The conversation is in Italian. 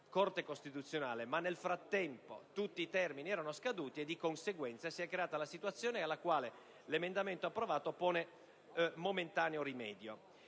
Corte costituzionale, ma nel frattempo tutti i termini erano scaduti, e di conseguenza si è creata la situazione alla quale l'emendamento approvato pone momentaneo rimedio.